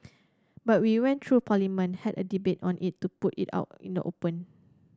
but we went through Parliament had a debate on it put it out in the open